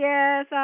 Yes